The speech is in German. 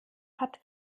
hat